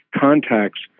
contacts